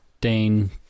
Dane